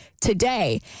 today